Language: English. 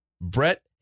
Brett